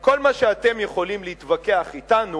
כל מה שאתם יכולים להתווכח אתנו,